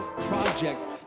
project